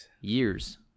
years